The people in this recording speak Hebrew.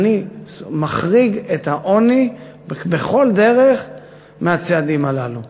אני מחריג את העוני בכל דרך מהצעדים הללו.